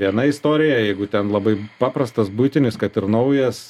viena istorija jeigu ten labai paprastas buitinis kad ir naujas